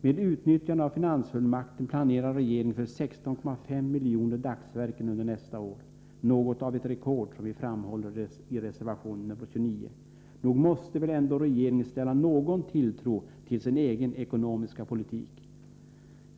Med utnyttjande av finansfullmakten planerar regeringen för 16,5 miljoner dagsverken under nästa år — något av ett rekord, som vi framhåller i reservation nr 29. Nog måste väl regeringen sätta någon tilltro till sin egen ekonomiska politik.